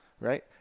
Right